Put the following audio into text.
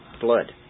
Blood